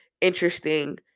interesting